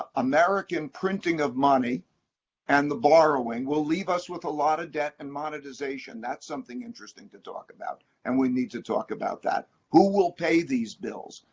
ah american printing of money and the borrowing will leave us with a lot of debt and monetization, that's something interesting to talk about, and we need to talk about that. who will pay these bills,